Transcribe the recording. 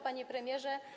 Panie Premierze!